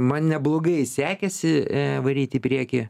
man neblogai sekėsi varyt į priekį